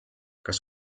kas